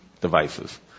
devices